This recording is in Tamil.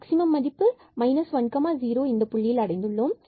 மேக்ஸிமம் மதிப்பை 10 இந்த புள்ளியில் அடைந்துள்ளோம்